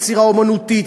יצירה אמנותית,